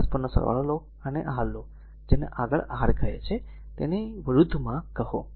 તેથી તેના પરસ્પરનો સરવાળો લો અને પછી r લો જેને આગળ r કહે છે તે r ને તેની વિરુદ્ધમાં કહો